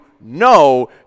no